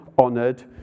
honoured